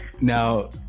Now